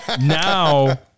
Now